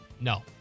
no